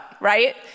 right